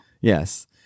Yes